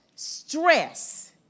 Stress